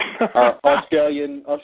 Australian